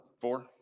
four